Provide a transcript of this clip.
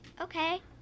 Okay